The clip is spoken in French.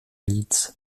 leeds